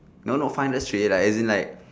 no no five hundred straight like as in like